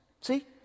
see